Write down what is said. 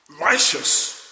righteous